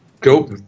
Go –